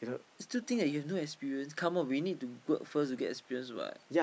still think that you have no experience come on we need to work first to get experience what